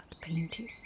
painting